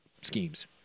schemes